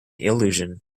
illusion